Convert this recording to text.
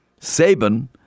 Saban